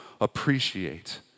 appreciate